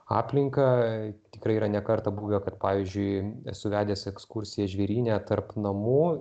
aplinką tikrai yra ne kartą buvę kad pavyzdžiui esu vedęs ekskursiją žvėryne tarp namų